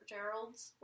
Gerald's